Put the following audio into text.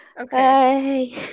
Okay